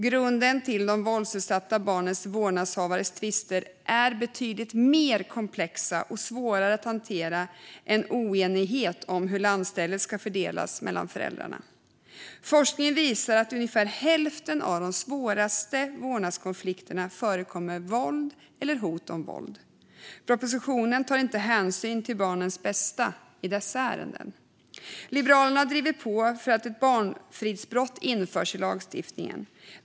Grunden till de våldsutsatta barnens vårdnadshavares tvister är betydligt mer komplex och svårare att hantera än oenighet om hur lantstället ska fördelas mellan föräldrarna. Forskningen visar att det i ungefär hälften av de svåraste vårdnadskonflikterna förekommer våld eller hot om våld. Propositionen tar inte hänsyn till barnens bästa i dessa ärenden. Liberalerna har drivit på för att ett barnfridsbrott ska införas i lagstiftningen.